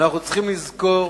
אנחנו צריכים לזכור